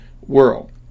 world